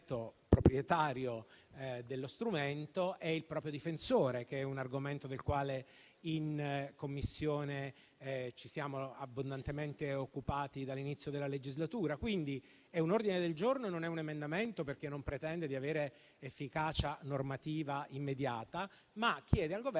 il soggetto proprietario dello strumento e il proprio difensore, che è un argomento del quale in Commissione ci siamo abbondantemente occupati dall'inizio della legislatura. Quindi, è un ordine del giorno e non un emendamento, perché non pretende di avere efficacia normativa immediata, ma chiede al Governo